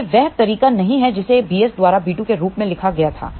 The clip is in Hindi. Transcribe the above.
यह वह तरीका नहीं है जिसे bs द्वारा b2 के रूप में लिखा गया था